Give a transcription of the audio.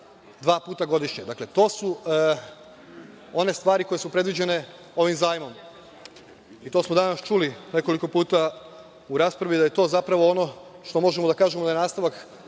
dva puta godišnje. To su one stvari koje su predviđene ovim zajmom, i danas smo čuli nekoliko puta u raspravi da je to zapravo ono što možemo da kažemo da je nastavak